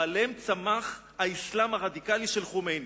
ועליהם צמח האסלאם הרדיקלי של חומייני.